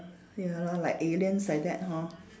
ya lor like aliens like that hor